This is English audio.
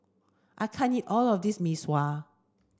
I can't eat all of this Mee Sua